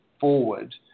forward